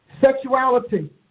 Sexuality